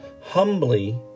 Humbly